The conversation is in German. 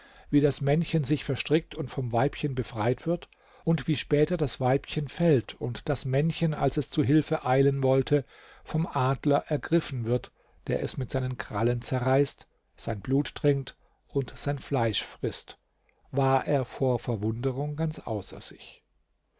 wie das männchen sich verstrickt und vom weibchen befreit wird und wie später das weibchen fällt und das männchen als es zu hilfe eilen wollte vom adler ergriffen wird der es mit seinen krallen zerreißt sein blut trinkt und sein fleisch frißt war er vor verwunderung ganz außer sich